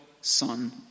Son